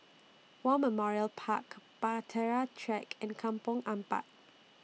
War Memorial Park Bahtera Track and Kampong Ampat